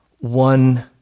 one